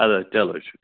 اَدٕ حظ چلو چھُ شُکریہ